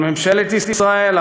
על ממשלת ישראל,